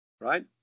Right